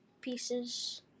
pieces